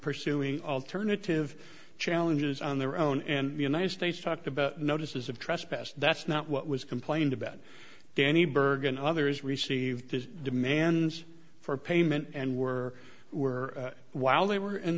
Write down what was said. pursuing alternative challenges on their own and the united states talked about notices of trespass that's not what was complained about danny berg and others received his demands for payment and were were while they were in